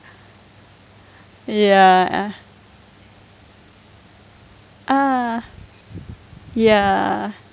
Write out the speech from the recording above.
ya ah ya